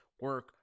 Work